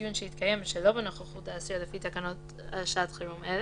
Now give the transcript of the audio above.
בדיון שהתקיים שלא בנוכחות האסיר לפי תקנות שעת חירום אלה,